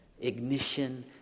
Ignition